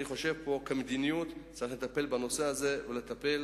אני חושב שכמדיניות צריך לטפל בנושא הזה ולדאוג